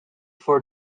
for